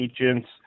agents